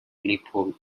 leopold